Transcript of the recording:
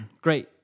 Great